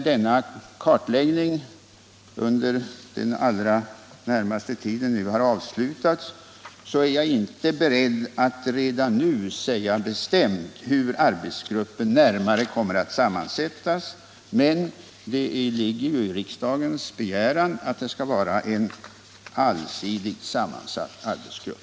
Denna kartläggning skall under den allra närmaste tiden vara avslutad, och jag är inte beredd att redan nu säga bestämt hur arbetsgruppen närmare kommer att sammansättas. Men det ligger ju i riksdagens begäran att det skall vara en allsidigt sammansatt arbetsgrupp.